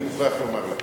אני מוכרח לומר לכם.